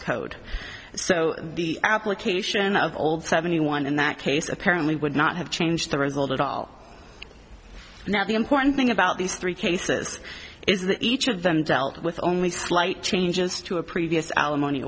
code so the application of old seventy one in that case apparently would not have changed the result at all now the important thing about these three cases is that each of them dealt with only slight changes to a previous alimony